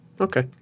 Okay